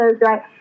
right